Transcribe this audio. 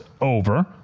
over